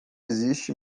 existe